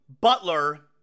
Butler